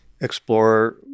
explore